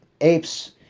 apes